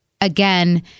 again